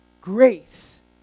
Grace